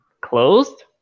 closed